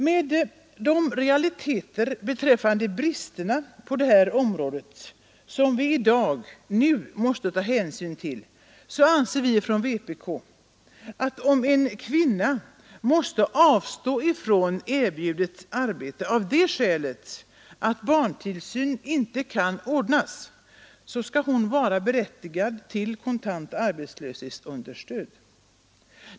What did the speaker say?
Med de realiteter beträffande bristerna på detta område som vi i dag måste ta hänsyn till anser vi från vpk, att om en kvinna måste avstå från erbjudet arbete av det skälet att barntillsyn inte kan ordnas, skall hon vara berättigad till kontant arbetslöshetsunderstöd.